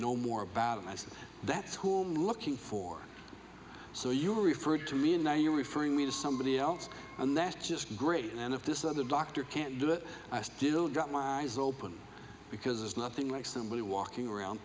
know more about and i said that's who i'm looking for so you are referred to me and now you're referring me to somebody else and that's just great and if this other doctor can't do it i still got my eyes open because there's nothing like somebody walking around